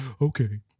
okay